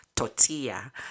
tortilla